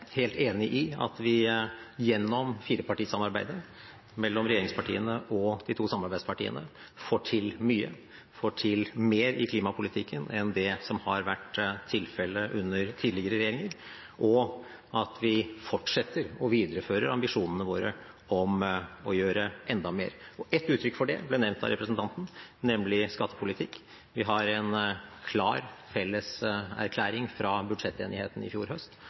helt enig i at vi gjennom firepartisamarbeidet – mellom regjeringspartiene og de to samarbeidspartiene – får til mye, får til mer i klimapolitikken enn det som har vært tilfellet under tidligere regjeringer, og at vi fortsetter og viderefører ambisjonene våre om å gjøre enda mer. Ett uttrykk for det ble nevnt av representanten, nemlig skattepolitikk. Vi har en klar felles erklæring fra budsjettenigheten i fjor høst